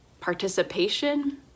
participation